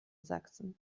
sachsen